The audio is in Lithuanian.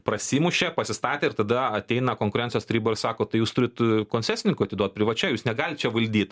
prasimušė pasistatė ir tada ateina konkurencijos taryba sako tai jūs turit koncesininkui atiduot privačiai jūs negalit čia valdyt